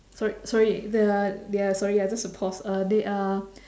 sorry sorry they are they are sorry ah just to pause uh they are